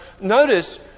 notice